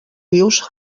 rius